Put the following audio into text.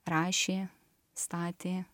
rašė statė